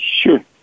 Sure